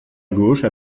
gauche